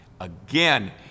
Again